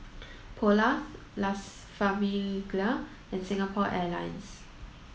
Polars Las Famiglia and Singapore Airlines